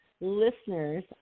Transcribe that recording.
listeners